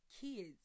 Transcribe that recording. kids